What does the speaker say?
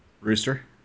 Rooster